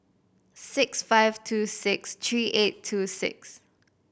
six five two six three eight two six